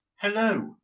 Hello